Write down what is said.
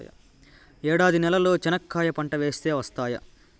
ఎడారి నేలలో చెనక్కాయ పంట వేస్తే వస్తాయా?